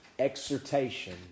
exhortation